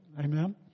Amen